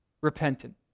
repentant